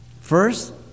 First